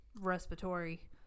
respiratory